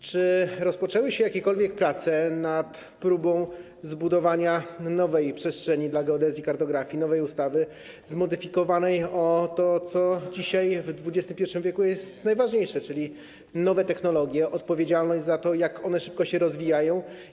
Czy rozpoczęły się jakiekolwiek prace nad próbą zbudowania nowej przestrzeni dla geodezji i kartografii, nowej ustawy zmodyfikowanej o to, co dzisiaj, w XXI w., jest najważniejsze, czyli o nowe technologie, odpowiedzialność za to, jak szybko się rozwijają?